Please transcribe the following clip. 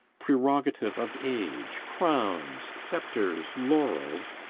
prerogative of age, crowns, sceptres, laurels,